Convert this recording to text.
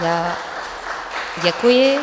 Já děkuji.